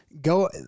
go